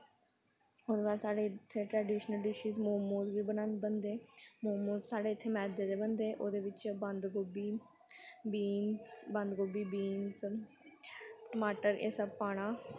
ओह्दे बाद साढ़े इत्थै ट्रडिशनल डिशिज मोमोज बी बनदे मोमोज साढ़े इत्थै मैदे दे बनदे ओह्दे बिच्च बंद गोभी बीनस बंद गोभी बीनस टमाटर एह् सब पाना